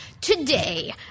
today